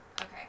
Okay